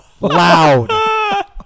Loud